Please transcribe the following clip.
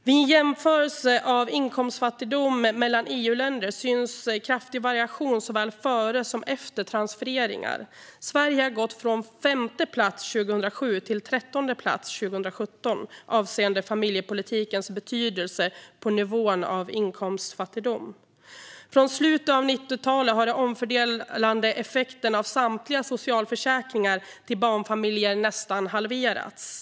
Vid en jämförelse av inkomstfattigdom mellan EU-länder syns kraftiga variationer såväl före som efter transfereringar. Sverige har gått från 5:e plats 2007 till 13:e plats 2017 avseende familjepolitikens betydelse på nivån av inkomstfattigdom. Från slutet av 90-talet har den omfördelande effekten av samtliga socialförsäkringar till barnfamiljer nästan halverats.